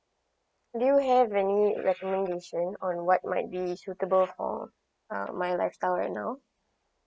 do you have any recommendation on what might be suitable for uh my lifestyle right now